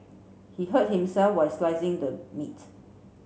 he hurt himself while slicing the meat